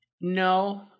No